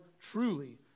truly